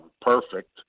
perfect